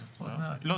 לא.